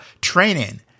training